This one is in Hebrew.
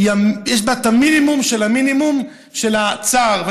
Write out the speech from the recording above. יש בה את המינימום של המינימום של הצער,